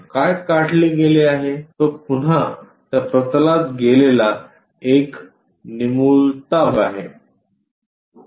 काय काढले गेले आहे तो पुन्हा त्या प्रतलात गेलेला एक निमुळता आहे